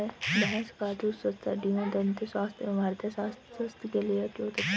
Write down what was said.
भैंस का दूध स्वस्थ हड्डियों, दंत स्वास्थ्य और हृदय स्वास्थ्य के लिए बहुत अच्छा है